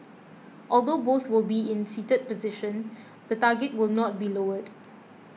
although both will be in a seated position the target will not be lowered